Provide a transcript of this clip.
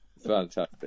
Fantastic